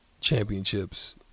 championships